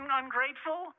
ungrateful